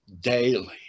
daily